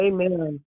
Amen